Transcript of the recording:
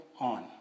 on